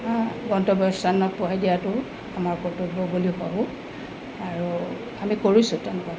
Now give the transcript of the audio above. গন্তব্য স্থানত পোৱাই দিয়াতো আমাৰ কৰ্তব্য বুলি ভাবোঁ আৰু আমি কৰিছোঁ তেওঁলোক কাৰণে